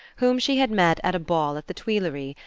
whom she had met at a ball at the tuileries,